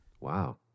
Wow